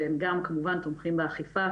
והם גם כמובן תומכים באכיפה,